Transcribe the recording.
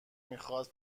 میخاد